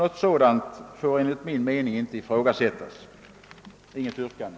Något sådant får enligt min mening inte komma i fråga. Jag har inget yrkande.